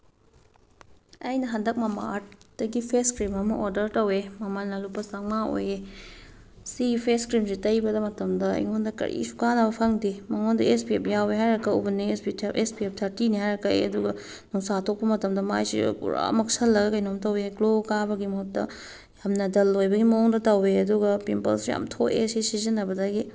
ꯑꯩꯅ ꯍꯟꯗꯛ ꯃꯃꯥ ꯑꯥꯔꯠꯇꯒꯤ ꯐꯦꯁ ꯀ꯭ꯔꯤꯝ ꯑꯃ ꯑꯣꯗꯔ ꯇꯧꯋꯦ ꯃꯃꯜꯅ ꯂꯨꯄꯥ ꯆꯥꯝꯃꯉꯥ ꯑꯣꯏꯌꯦ ꯁꯤꯒꯤ ꯐꯦꯁ ꯀ꯭ꯔꯤꯝꯁꯦ ꯇꯩꯕꯗ ꯃꯇꯝꯗ ꯑꯩꯉꯣꯟꯗ ꯀꯔꯤꯁꯨ ꯀꯥꯟꯅꯕ ꯐꯪꯗꯦ ꯃꯉꯣꯟꯗ ꯑꯦꯁ ꯄꯤ ꯑꯦꯐ ꯌꯥꯎꯋꯦ ꯍꯥꯏꯔ ꯀꯛꯎꯕꯅꯦ ꯑꯦꯁ ꯄꯤ ꯑꯦꯐ ꯊꯥꯔꯇꯤꯅꯦ ꯍꯥꯏꯔ ꯀꯛꯑꯦ ꯑꯗꯨꯒ ꯅꯨꯡꯁꯥ ꯊꯣꯛꯄ ꯃꯇꯝꯗ ꯃꯥꯏꯁꯨ ꯄꯨꯔꯥ ꯃꯛꯁꯤꯜꯂꯒ ꯀꯩꯅꯣꯝ ꯇꯧꯋꯦ ꯒ꯭ꯂꯣ ꯀꯥꯕꯒꯤ ꯃꯍꯨꯠꯇ ꯌꯥꯝꯅ ꯗꯜ ꯑꯣꯏꯕꯒꯤ ꯃꯑꯣꯡꯗ ꯇꯧꯋꯦ ꯑꯗꯨꯒ ꯄꯤꯝꯄꯜꯁꯨ ꯌꯥꯝ ꯊꯣꯛꯑꯦ ꯁꯤ ꯁꯤꯖꯤꯟꯅꯕꯗꯒꯤ